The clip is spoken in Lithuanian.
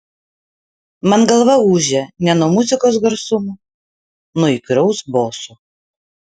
man galva ūžė ne nuo muzikos garsumo nuo įkyraus boso